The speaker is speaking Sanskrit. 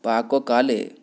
पाककाले